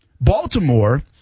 Baltimore